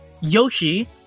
Yoshi